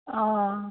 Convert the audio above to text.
অঁ